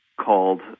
called